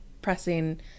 pressing